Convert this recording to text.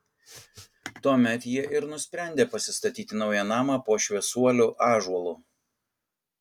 tuomet jie ir nusprendė pasistatyti naują namą po šviesuolių ąžuolu